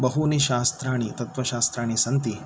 बहूनि शास्त्राणि तत्त्वशास्त्राणि सन्ति